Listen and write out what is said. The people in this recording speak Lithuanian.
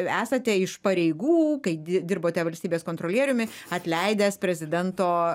esate iš pareigų kai di dirbote valstybės kontrolieriumi atleidęs prezidento